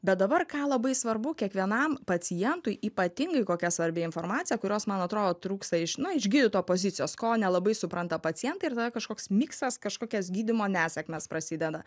bet dabar ką labai svarbu kiekvienam pacientui ypatingai kokia svarbi informacija kurios man atrodo trūksta iš na iš gydytojo pozicijos ko nelabai supranta pacientai ir tada kažkoks miksas kažkokios gydymo nesėkmės prasideda